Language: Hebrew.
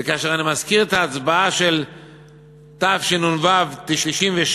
וכאשר אני מזכיר את ההצבעה של תשנ"ו 1996,